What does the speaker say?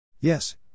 Yes